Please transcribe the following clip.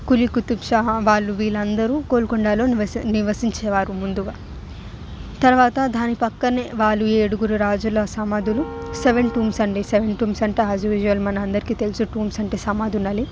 కులి కుతుబ్షా వాళ్ళు వీళ్ళందరూ గోల్కొండలో నివసించే వారు ముందుగా తర్వాత దాని పక్కనే వాళ్ళు ఏడుగురు రాజుల సమాధులు సెవెన్ టూంబ్స్ సెవెన్ టూంబ్స్ అంటే యాజ్యుజ్వల్గా మనందరికీ తెలుసు టూంబ్స్ అంటే సమాధులని